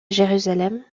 jérusalem